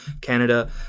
Canada